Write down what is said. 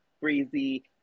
breezy